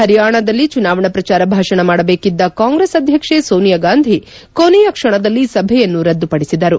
ಪರಿಯಾಣದಲ್ಲಿ ಚುನಾವಣಾ ಪ್ರಚಾರ ಭಾಷಣ ಮಾಡಬೇಕಿದ್ದ ಕಾಂಗ್ರೆಸ್ ಅಧ್ಯಕ್ಷೆ ಸೋನಿಯಾ ಗಾಂಧಿ ಕೊನೆಯ ಕ್ವಣದಲ್ಲಿ ಸಭೆಯನ್ನು ರದ್ದುಪಡಿಸಿದರು